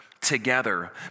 together